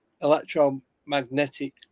electromagnetic